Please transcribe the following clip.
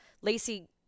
Lacey